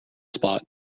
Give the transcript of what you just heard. spot